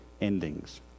endings